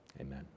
amen